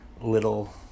little